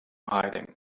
hiding